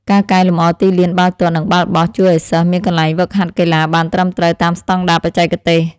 ការកែលម្អទីលានបាល់ទាត់និងបាល់បោះ ជួយឱ្យសិស្សមានកន្លែងហ្វឹកហាត់កីឡាបានត្រឹមត្រូវតាមស្តង់ដារបច្ចេកទេស។